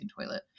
toilet